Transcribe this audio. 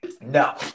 No